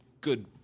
good